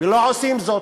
ולא עושים זאת.